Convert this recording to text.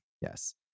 yes